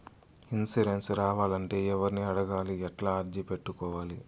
Insurance రావాలంటే ఎవర్ని అడగాలి? ఎట్లా అర్జీ పెట్టుకోవాలి?